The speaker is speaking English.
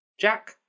Jack